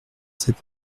sept